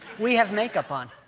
we have makeup on.